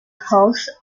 halls